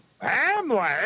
family